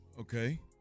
Okay